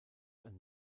ein